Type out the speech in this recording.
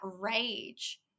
rage